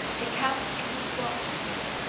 the count in his box, then,